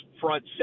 front